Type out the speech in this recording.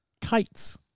Kites